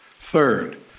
Third